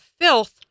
filth